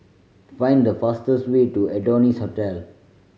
find the fastest way to Adonis Hotel